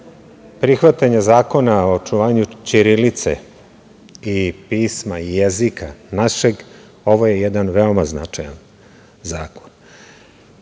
prihvatanja Zakona o očuvanju ćirilice i pisma i jezika našeg, ovo je jedan veoma značajan